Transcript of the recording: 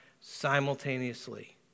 simultaneously